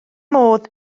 modd